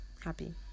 happy